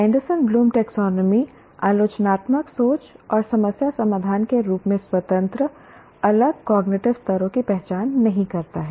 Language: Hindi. एंडरसन ब्लूम टैक्सोनॉमी आलोचनात्मक सोच और समस्या समाधान के रूप में स्वतंत्र अलग कॉग्निटिव स्तरों की पहचान नहीं करता है